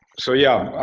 so yeah,